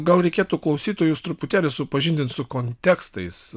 gal reikėtų klausytojus truputėlį supažindint su kontekstais